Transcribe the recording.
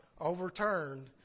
overturned